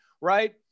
right